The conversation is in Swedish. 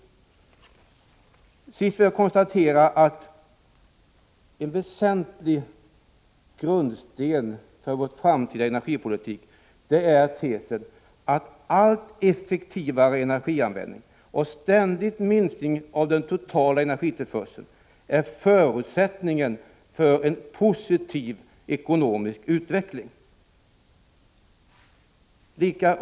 Till sist vill jag konstatera att en väsentlig grundsten för den framtida energipolitiken är tesen att allt effektivare energianvändning och en ständig minskning av den totala energitillförseln ger de bästa förutsättningarna för en positiv ekonomisk utveckling.